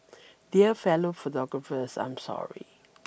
dear fellow photographers I'm sorry